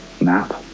nap